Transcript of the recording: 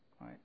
Right